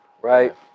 right